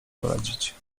poradzić